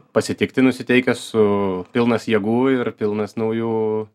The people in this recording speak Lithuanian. pasitikti nusiteikęs su pilnas jėgų ir pilnas naujų